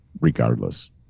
regardless